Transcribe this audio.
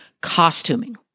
costuming